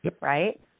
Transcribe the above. right